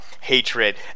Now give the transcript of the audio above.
hatred